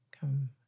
come